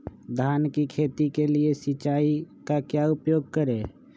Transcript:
धान की खेती के लिए सिंचाई का क्या उपयोग करें?